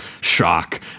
Shock